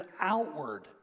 outward